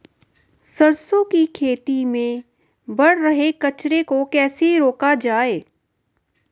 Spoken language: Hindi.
सरसों की खेती में बढ़ रहे कचरे को कैसे रोका जाए?